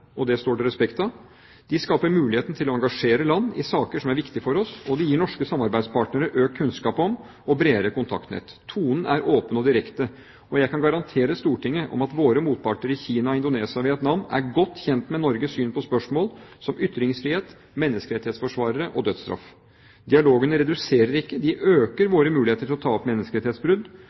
og det står det respekt av. De skaper muligheten til å engasjere land i saker som er viktige for oss, og de gir norske samarbeidspartnere økt kunnskap og bredere kontaktnett. Tonen er åpen og direkte, og jeg kan garantere Stortinget at våre motparter i Kina, Indonesia og Vietnam er godt kjent med Norges syn på spørsmål som ytringsfrihet, menneskerettighetsforsvarere og dødsstraff. Dialogene reduserer ikke, de øker våre muligheter til å ta opp menneskerettighetsbrudd.